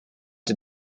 did